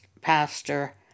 pastor